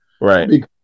Right